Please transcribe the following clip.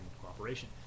cooperation